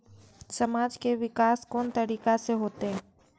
समाज के विकास कोन तरीका से होते?